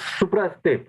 suprask taip